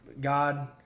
God